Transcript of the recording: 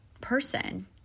person